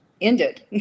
ended